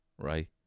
right